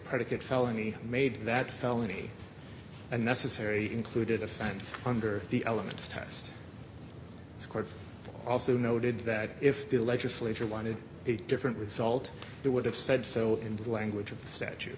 predicate felony made that felony unnecessary included offense under the elements test scores also noted that if the legislature wanted a different result they would have said so in the language